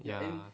ya